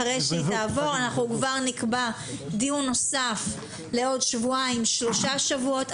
אחרי שהיא תעבור אנחנו כבר נקבע דיון נוסף לעוד שבועיים-שלושה שבועות.